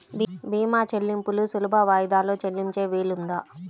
భీమా చెల్లింపులు సులభ వాయిదాలలో చెల్లించే వీలుందా?